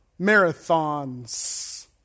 Marathons